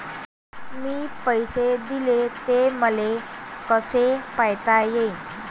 मिन पैसे देले, ते मले कसे पायता येईन?